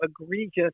egregious